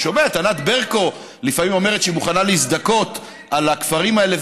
אני שומע את ענת ברקו לפעמים אומרת שהיא מוכנה להזדכות על הכפרים האלה,